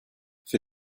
für